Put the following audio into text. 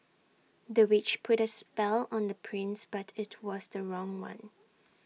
the witch put A spell on the prince but IT was the wrong one